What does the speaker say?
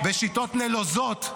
שיטות נלוזות,